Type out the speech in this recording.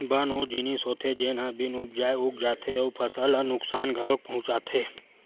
बन ओ जिनिस होथे जेन ह बिन उपजाए उग जाथे अउ फसल ल नुकसान घलोक पहुचाथे